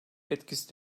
etkisi